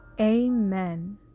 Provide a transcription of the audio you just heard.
Amen